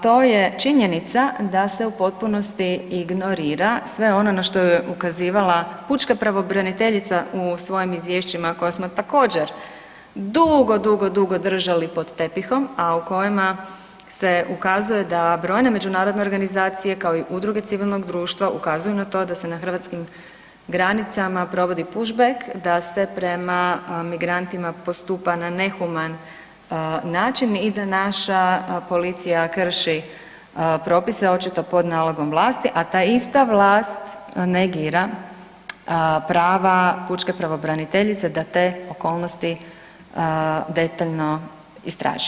To je činjenica da se u potpunosti ignorira sve ono na što je ukazivala Pučka pravobraniteljica u svojim izvješćima koja smo također dugo, dugo držali pod tepihom, a u kojima se ukazuje da brojne međunarodne organizacije kao i udruge civilnog društva ukazuju na to da se na hrvatskim granicama provodi push back, da se prema migrantima postupa na nehuman način i da naša policija krši propise očito pod nalogom vlasti, a ta ista vlast negira prava Pučke pravobraniteljice da te okolnosti detaljno istraži.